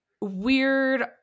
weird